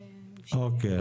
אוקי,